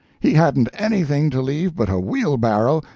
he hadn't anything to leave but a wheelbarrow,